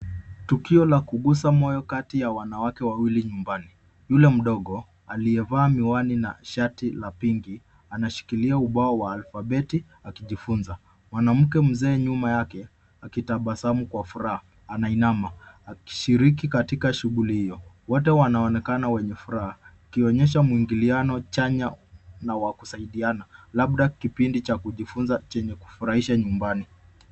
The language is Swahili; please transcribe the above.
Tukio la kuguza moyo kati ya wanawake wawili nyumbani, yule mdogo aliyevaa miwani na shati la pinki, anashikilia ubao wa alfabeti akijifunza. Mwanamke mzee nyuma yake akitabasamu kwa furaha, anainama akishiriki katika shughuli hiyo. Wote wanaonekana wenye furaha wakionyesha muingiliano chanya na wa kusaidiana labda kipindi cha kujifunza chenye kufurahisha nyumbani.